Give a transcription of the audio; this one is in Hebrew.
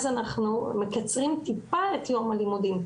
אז אנחנו מקצרים טיפה את יום הלימודים.